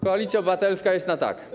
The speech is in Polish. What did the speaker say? Koalicja Obywatelska jest na tak.